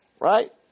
right